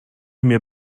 mir